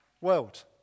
world